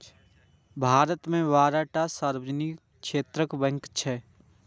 भारत मे बारह टा सार्वजनिक क्षेत्रक बैंक छै